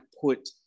put